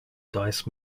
dice